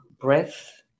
breath